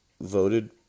voted